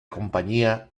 compañía